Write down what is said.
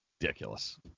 Ridiculous